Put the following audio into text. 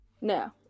No